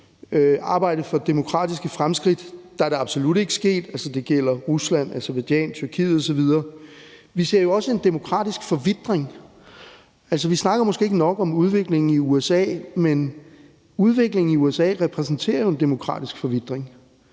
arbejde for demokratiske fremskridt, absolut ikke er sket. Det gælder Rusland, Aserbajdsjan, Tyrkiet osv. Vi ser også en demokratisk forvitring. Vi snakker måske ikke nok om udviklingen i USA, men udviklingen i USA repræsenterer jo en demokratisk forvitring,